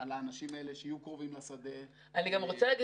על האנשים שיהיו קרובים לשדה --- אני רוצה להגיד